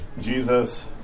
Jesus